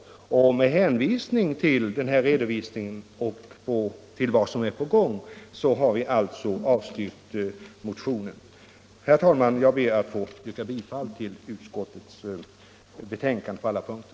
Med hänvisning till vad som sålunda är på gång har vi avstyrkt motionen. Herr talman! Jag ber att få yrka bifall till utskottets hemställan på alla punkter.